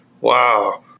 wow